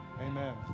amen